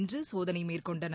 இன்றுசோதனைமேற்கொண்டனர்